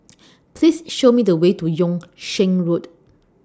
Please Show Me The Way to Yung Sheng Road